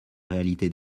réalité